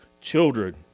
children